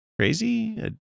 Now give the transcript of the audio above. crazy